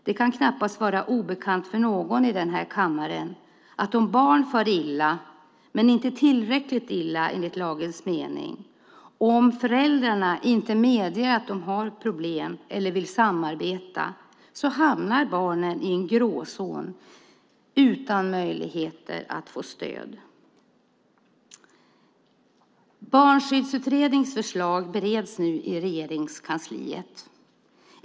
Det kan knappast vara obekant för någon här i kammaren att om barn far illa men inte tillräckligt illa enligt lagens mening, om föräldrarna inte medger att de har problem eller inte vill samarbeta, hamnar barnen i en gråzon utan möjlighet att få stöd. Barnskyddsutredningens förslag bereds nu i Regeringskansliet.